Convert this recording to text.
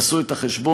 עשו את החשבון,